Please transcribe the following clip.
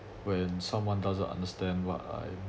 when someone doesn't understand what I